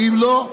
ואם לא,